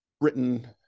britain